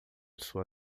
sua